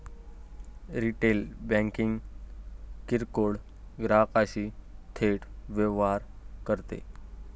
retail banking किरकोळ ग्राहकांशी थेट व्यवहार करते